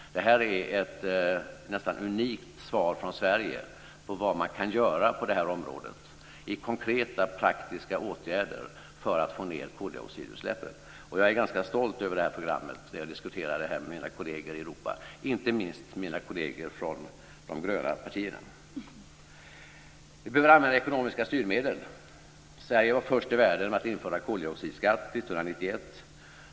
Det här är ett nästan unikt svar från Sverige på frågan vad man kan göra på det här området i konkreta, praktiska åtgärder för att få ned koldioxidutsläppen. Jag är ganska stolt över det här programmet och diskuterar det mina kolleger i Europa, inte minst med mina kolleger från de gröna partierna. Vi behöver använda ekonomiska styrmedel. Sverige var först i världen med att införa koldioxidskatt 1991.